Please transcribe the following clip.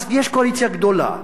אז יש קואליציה גדולה,